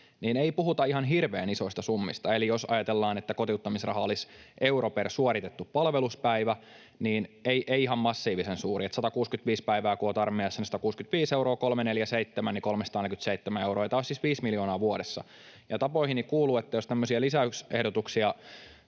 niin ei puhuta ihan hirveän isoista summista. Eli jos ajatellaan, että kotiuttamisraha olisi euro per suoritettu palveluspäivä, niin se ei ole ihan massiivisen suuri. 165 päivää kun olet armeijassa, niin se on 165 euroa, ja kun olet 347 päivää, niin se on 347 euroa, ja tämä on siis 5 miljoonaa vuodessa. Ja tapoihini kuuluu, että jos tämmöisiä lisäysehdotuksia